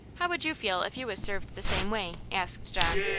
how would you feel if you was served the same way? asked john,